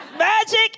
Magic